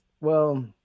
well-